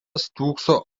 stūkso